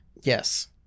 Yes